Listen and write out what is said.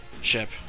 ship